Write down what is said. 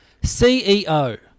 CEO